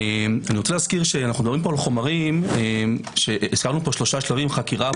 מזכיר שאנו מדברים פה על חומרים הזכרנו שלושה שלבים חקירה,